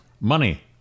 money